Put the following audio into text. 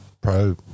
pro